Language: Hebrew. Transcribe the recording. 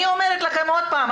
אני אומרת לכם עוד פעם,